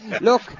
look